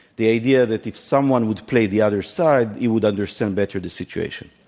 the idea that if someone would play the other side you would understand better the situation.